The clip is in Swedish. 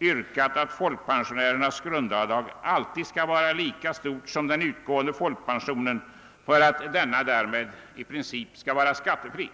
yrkat på att folkpensionärernas grundavdrag alltid skall vara lika stort som den utgående folkpensionen för att denna därmed i princip skall bli skattefri.